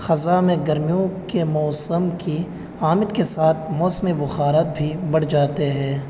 خزاں میں گرمیوں کے موسم کی آمد کے ساتھ موسمی بخارات بھی بڑھ جاتے ہے